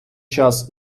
час